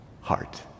heart